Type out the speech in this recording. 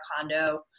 condo